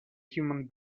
human